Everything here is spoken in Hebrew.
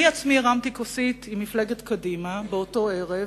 אני עצמי הרמתי כוסית עם מפלגת קדימה באותו ערב,